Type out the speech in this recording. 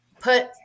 put